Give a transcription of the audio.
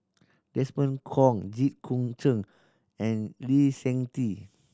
Desmond Kon Jit Koon Ch'ng and Lee Seng Tee